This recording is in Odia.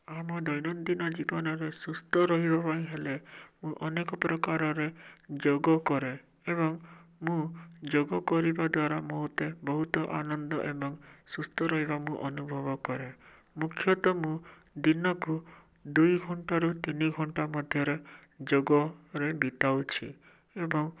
ଆମ ଦୈନଦିନ ଜୀବନରେ ସୁସ୍ଥ ରହିବା ପାଇଁ ହେଲେ ମୁଁ ଅନେକପ୍ରକାରରେ ଯୋଗ କରେ ଏବଂ ମୁଁ ଯୋଗ କରିବା ଦ୍ଵାରା ମୋତେ ବହୁତ ଆନନ୍ଦ ଏବଂ ସୁସ୍ଥ ରହିବା ମୁଁ ଅନୁଭବ କରେ ମୁଖ୍ୟତଃ ମୁଁ ଦିନକୁ ଦୁଇ ଘଣ୍ଟାରୁ ତିନି ଘଣ୍ଟା ମଧ୍ୟରେ ଯୋଗରେ ବିତାଉଛି ଏବଂ